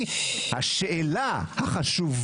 שהחוק